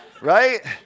Right